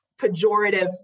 pejorative